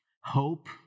hope